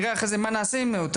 אחרי זה נראה מה נעשה עם התשובה,